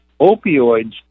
Opioids